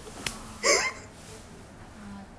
what the hell you curse me